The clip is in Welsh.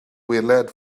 weled